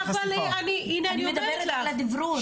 אני מדברת על הדיברור.